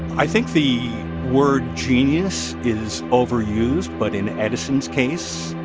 i think the word genius is overused. but in edison's case,